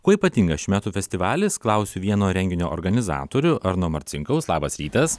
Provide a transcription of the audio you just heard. kuo ypatingas šių metų festivalis klausiu vieno renginio organizatorių arno marcinkaus labas rytas